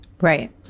Right